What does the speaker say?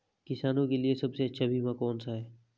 किसानों के लिए सबसे अच्छा बीमा कौन सा है?